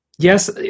Yes